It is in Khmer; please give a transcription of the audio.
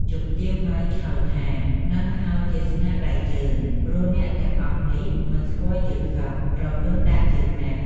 ជំទាវ ម៉ៅ ឆ្លើយថា "ហ្នឹងហើយជាស្នាដៃយើង ។ ព្រោះអ្នកទាំងអស់នេះ មិនស្គាល់យើងសោះ ព្រហើនដាក់យើងណាស់ ។"